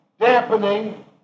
dampening